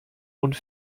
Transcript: und